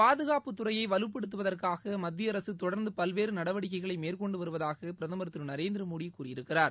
பாதுகாப்புத்துறையை வலுப்படுத்துவதற்காக மத்திய அரசு தொடர்ந்து பல்வேறு நடவடிக்கைகளை மேற்கொண்டு வருவதாக பிரதம் திரு நரேந்திரமோடி கூறியிருக்கிறார்